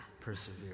persevere